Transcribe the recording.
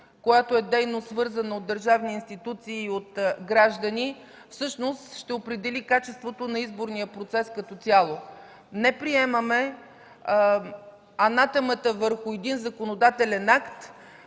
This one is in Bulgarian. което е дейност, свързана от държавни институции и от граждани, всъщност ще определи качеството на изборния процес като цяло. Не приемаме анатемата върху един законодателен акт,